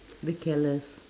they careless